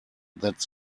that